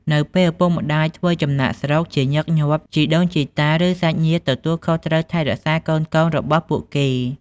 នៅពេលឪពុកម្តាយធ្វើចំណាកស្រុក ជាញឹកញាប់ជីដូនជីតា ឬសាច់ញាតិទទួលខុសត្រូវថែរក្សាកូនៗរបស់ពួកគេ។